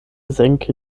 senke